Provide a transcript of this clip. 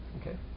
Okay